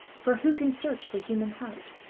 for who can search the human heart?